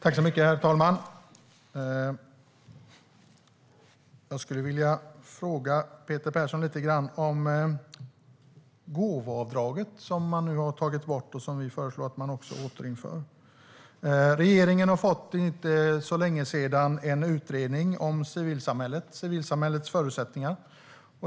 Herr talman! Jag skulle vilja fråga Peter Persson lite grann om gåvoavdraget som man nu har tagit bort och som vi föreslår att man återinför. Regeringen har för inte så länge sedan fått en utredning om civilsamhällets förutsättningar.